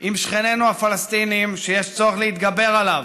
עם שכנינו הפלסטינים, ויש צורך להתגבר עליו,